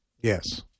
Yes